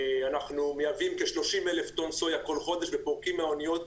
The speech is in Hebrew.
אנחנו מייבאים כ-30,000 טון סויה כל חודש ופורקים מהאוניות